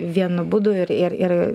vienu būdu ir ir ir